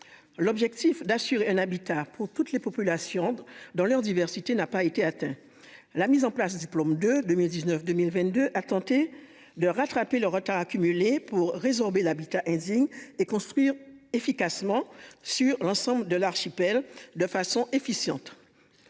L'objectif d'assurer un habitat pour toutes les populations dans leur diversité n'a pas été atteint. La mise en place, diplôme de 2019 2022 a tenté de rattraper le retard accumulé pour résorber l'habitat indigne et construire efficacement sur l'ensemble de l'archipel de façon efficiente.